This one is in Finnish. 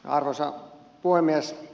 arvoisa puhemies